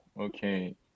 okay